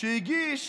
שהגיש